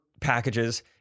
packages